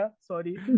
sorry